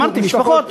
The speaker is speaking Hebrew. אמרתי, משפחות.